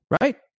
Right